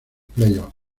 playoffs